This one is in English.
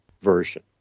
version